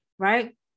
right